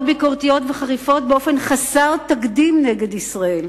ביקורתיות וחריפות באופן חסר תקדים נגד ישראל.